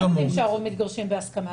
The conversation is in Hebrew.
כולם יודעים שהרוב מתגרשים בהסכמה,